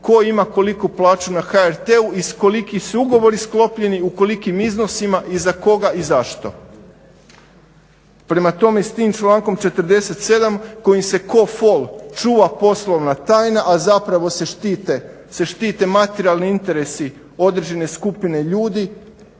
tko ima koliku plaću na HRT-u i koliki su ugovori sklopljeni, u kolikim iznosima i za koga i zašto. Prema tome, s tim člankom 47. kojim se ko fol čuva poslovna tajna, a zapravo se štit materijalni interesi određene skupine ljude